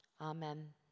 Amen